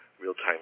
real-time